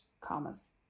commas